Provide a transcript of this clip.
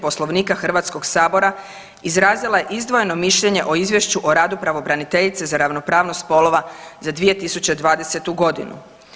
Poslovnika Hrvatskog sabora izrazila je izdvojeno mišljenje o Izvješću o radu pravobraniteljice za ravnopravnost spolova za 2020. godinu.